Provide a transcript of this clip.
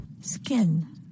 skin